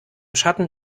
schatten